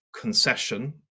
concession